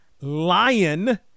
Lion